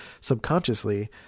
subconsciously